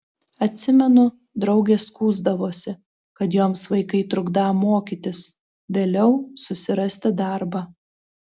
atsimenu draugės skųsdavosi kad joms vaikai trukdą mokytis vėliau susirasti darbą